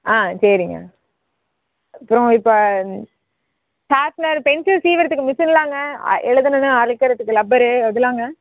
ஆ சரிங்க அப்புறம் இப்போ ஷார்ப்னர் பென்சில் சீவுகிறதுக்கு மிசின்லாமுங்க எழுதுனதும் அழிக்கிறதுக்கு லப்பரு இதுலாங்க